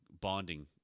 bonding